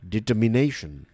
Determination